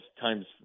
times